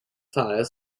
fire